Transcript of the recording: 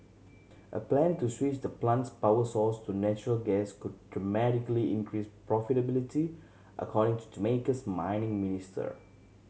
a plan to switch the plant's power source to natural gas could dramatically increase profitability according to Jamaica's mining minister